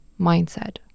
mindset